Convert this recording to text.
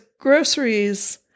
groceries